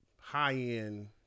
high-end